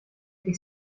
que